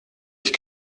ich